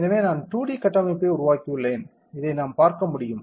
எனவே நான் 2 டி கட்டமைப்பை உருவாக்கியுள்ளேன் இதை நாம் பார்க்க முடியும்